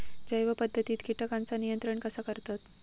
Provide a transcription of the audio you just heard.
जैव पध्दतीत किटकांचा नियंत्रण कसा करतत?